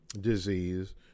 disease